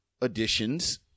additions